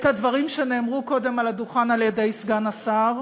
הדברים שנאמרו קודם על הדוכן על-ידי סגן השר,